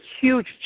huge